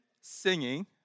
singing